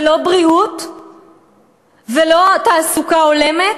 לא בריאות ולא תעסוקה הולמת,